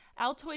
altoid